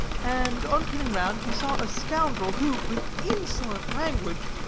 and on turning round he saw a scoundrel who, with insolent language,